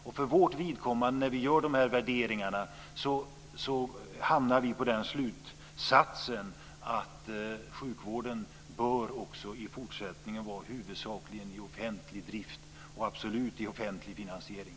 När vi gör värderingarna hamnar vi på slutsatsen att sjukvården också i fortsättningen bör vara i offentlig drift och absolut i offentlig finansiering.